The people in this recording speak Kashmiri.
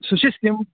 سُہ چھِ تِم